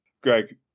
Greg